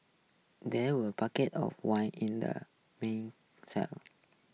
there were bucket of wine in the main cellar